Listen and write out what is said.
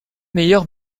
meilleur